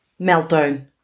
Meltdown